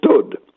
stood